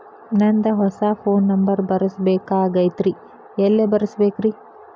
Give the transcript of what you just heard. ನಂದ ಹೊಸಾ phone number ಬರಸಬೇಕ್ ಆಗೈತ್ರಿ ಎಲ್ಲೆ ಬರಸ್ಬೇಕ್ರಿ?